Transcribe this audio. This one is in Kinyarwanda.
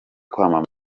kwamamaza